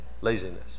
laziness